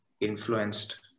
influenced